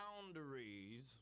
boundaries